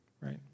right